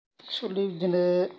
actually बिदिनो